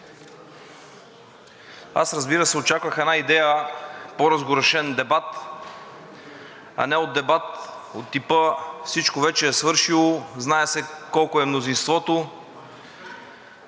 Аз, разбира се, очаквах една идея по-разгорещен дебат, а не дебат от типа всичко вече е свършило, знае се колко е мнозинството